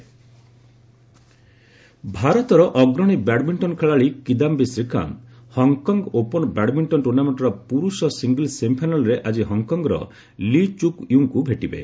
badminton ଭାରତର ଅଗ୍ରଣୀ badminton ଖେଳାଳି Kidambi Srikanth Hong Kong open badminton ଟୁର୍ଣ୍ଣାମେଣ୍ଟର ପୁରୁଷ ସିଙ୍ଗଲ୍ପ ସେମିଫାଇନାଲରେ ଆଜି ହଂକଂର ଲି ଚୁକ୍ ୟୁଙ୍କୁ ଭେଟିବେ